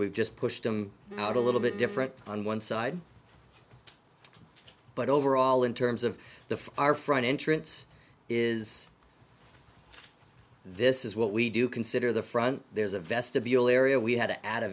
we've just pushed them out a little bit different on one side but overall in terms of the our front entrance is this is what we do consider the front there's a vestibule area we had to add